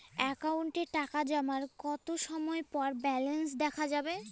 অ্যাকাউন্টে টাকা জমার কতো সময় পর ব্যালেন্স দেখা যাবে?